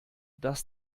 dass